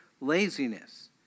laziness